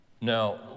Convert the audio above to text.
Now